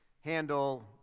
handle